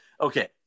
okay